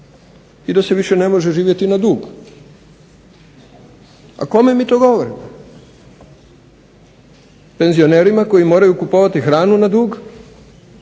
i da se više ne može živjeti na dug. A kome mi to govorimo? Penzionerima koji moraju kupovati hranu na dug,